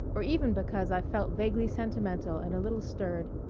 or even because i've felt vaguely sentimental and a little stirred.